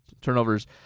turnovers